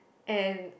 and